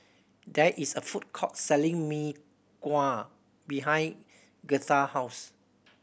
there is a food court selling Mee Kuah behind Girtha house